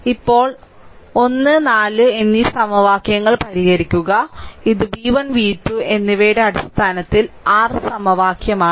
ഇപ്പോൾ 1 4 എന്നീ സമവാക്യങ്ങൾ പരിഹരിക്കുക ഇത് v1 v2 എന്നിവയുടെ അടിസ്ഥാനത്തിൽ r സമവാക്യമാണ്